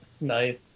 Nice